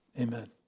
amen